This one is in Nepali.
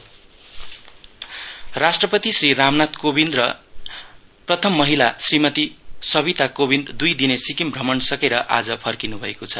प्रसिडेण्ट कन्वलुड राष्ट्रपति श्री रामनाथ कोविन्द अनि प्रथम महिला श्रीमती सविता कोविन्द दुई दिने सिक्किम भ्रमण सकेर आज फर्किनु भएको छ